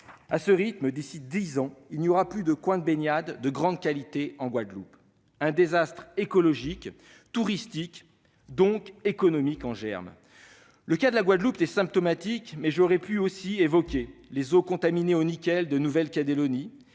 à ce rythme, d'ici dix ans, il n'y aura plus de coins de baignade de grande qualité en Guadeloupe. Un désastre écologique, touristique, donc économique, est en germe. Le cas de la Guadeloupe est symptomatique ; mais j'aurais pu évoquer aussi bien les eaux contaminées au nickel, en Nouvelle-Calédonie,